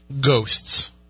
Ghosts